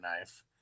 knife